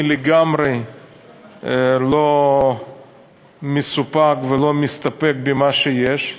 אני לגמרי לא מסופק ולא מסתפק במה שיש,